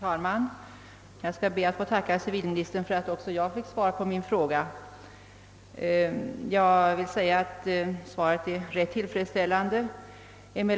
Herr talman! Jag ber att få tacka civilministern för att också jag fick svar på min fråga. Svaret är ganska tillfredsställande.